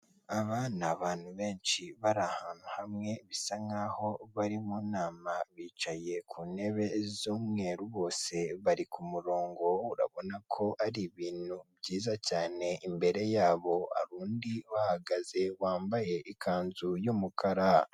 Aba ni abantu benshi bari ahantu hamwe bisa nk'aho bari mu nama bicaye ku ntebe z'umweru bose bari ku murongo urabona ko ari ibintu byiza cyane ,imbere yabo hari undi uhahagaze wambaye ikanzu y'umukara.